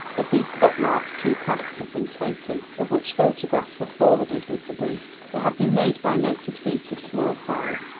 of these footmarks two casts had been taken, of which photographs were forwarded with the brief. they had been made by naked feet of small size,